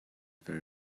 very